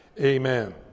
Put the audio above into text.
amen